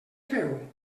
feu